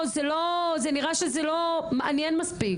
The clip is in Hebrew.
נראה שזה לא מעניין מספיק.